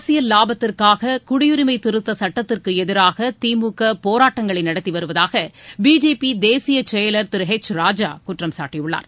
அரசியல் வாபத்திற்காக குடியுரிமை திருத்தச் சட்டத்திற்கு எதிராக திமுக போராட்டங்களை நடத்தி வருவதாக பிஜேபி தேசிய செயலர் திரு ஹெச் ராஜா குற்றம் சாட்டியுள்ளார்